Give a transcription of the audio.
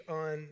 on